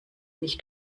nicht